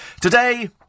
Today